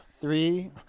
three